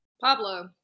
Pablo